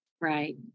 Right